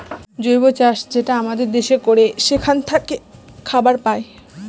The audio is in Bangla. জৈব চাষ যেটা আমাদের দেশে করে সেখান থাকে খাবার পায়